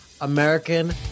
American